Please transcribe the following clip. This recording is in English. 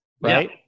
right